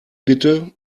bitte